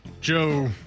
Joe